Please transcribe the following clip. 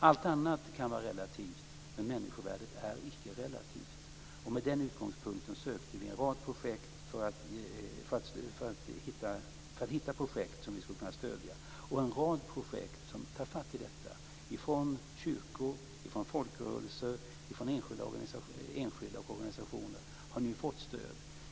Allt annat kan vara relativt, men människovärdet är icke relativt. Med den utgångspunkten sökte vi för att hitta projekt som vi skulle kunna stödja. En rad projekt som tar fatt i detta från kyrkor, folkrörelser, enskilda och organisationer har nu fått stöd.